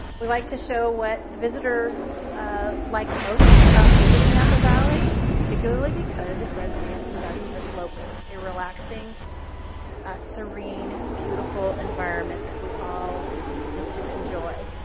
we like to show what visitors ah like most about visiting napa valley particularly because it resonates with us as locals a relaxing a serene beautiful environment that we all get to enjoy